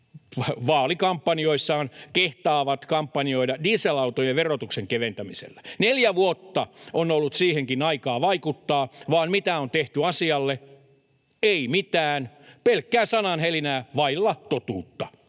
vaalikampanjoissaan kehtaavat kampanjoida dieselautojen verotuksen keventämisellä. Neljä vuotta on ollut siihenkin aikaa vaikuttaa, vaan mitä on tehty asialle? Ei mitään. Pelkkää sananhelinää vailla totuutta.